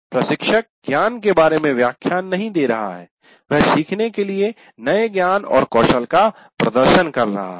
प्रशिक्षक ज्ञान के बारे में व्याख्यान नहीं दे रहा है वह सीखने के लिए नए ज्ञान और कौशल का प्रदर्शन कर रहा है